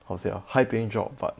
how to say ah high paying job but